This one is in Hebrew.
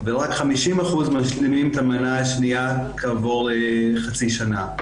ורק 50% משלימים את המנה השנייה כעבור חצי שנה,